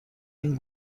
این